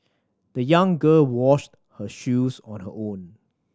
the young girl washed her shoes on her own